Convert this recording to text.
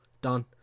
Done